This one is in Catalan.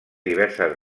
diverses